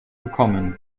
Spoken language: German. bekommen